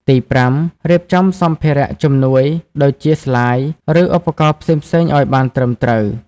ទីប្រាំ រៀបចំសម្ភារៈជំនួយដូចជាស្លាយ ឬឧបករណ៍ផ្សេងៗឱ្យបានត្រឹមត្រូវ។